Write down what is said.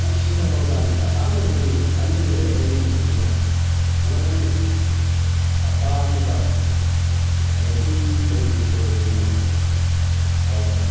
ꯍꯦꯛ ꯁꯤꯖꯤꯟꯅ ꯍꯧꯔꯛ ꯀꯥꯟꯁꯤꯗ ꯑꯍꯥꯟꯕꯗꯗꯤ ꯍꯜꯂꯤꯕꯩꯔꯥ ꯀꯔꯤꯒꯤꯅꯣ ꯈꯪꯗꯦ ꯅꯨꯡꯉꯥꯏꯔꯝꯃꯤ ꯍꯥꯞꯇꯥ ꯑꯃꯨꯛꯀ ꯑꯗꯩ ꯁꯨꯝ ꯇꯣꯏꯅ ꯎꯪꯉꯛꯄꯩꯔꯥ ꯀꯩꯒꯤꯅꯣ ꯍꯧꯔꯛꯑꯦ